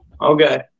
Okay